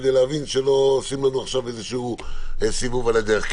כדי להבין שלא עושים לנו עכשיו איזשהו סיבוב על הדרך.